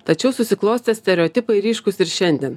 tačiau susiklostę stereotipai ryškūs ir šiandien